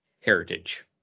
heritage